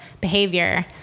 behavior